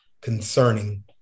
concerning